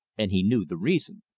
and he knew the reason.